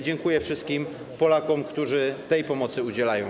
Dziękuję wszystkim Polakom, którzy tej pomocy udzielają.